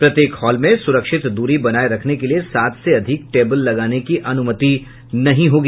प्रत्येक हॉल में सुरक्षित दूरी बनाए रखने के लिए सात से अधिक टेबल लगाने की अनुमति नहीं होगी